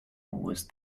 was